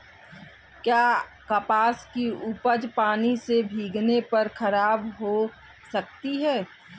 क्या कपास की उपज पानी से भीगने पर खराब हो सकती है?